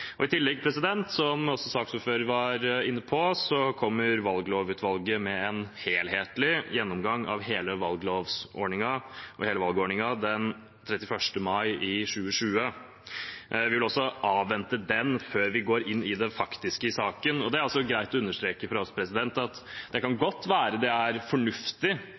I tillegg, som også saksordføreren var inne på, kommer valglovutvalget med en helhetlig gjennomgang av hele valglovsordningen og hele valgordningen den 31. mai 2020. Vi vil avvente den før vi går inn i det faktiske i saken. Det er også greit å understreke fra vår side at det godt kan være